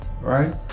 right